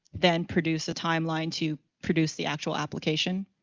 then produce the timeline to produce the actual application.